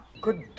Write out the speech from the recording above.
good